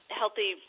healthy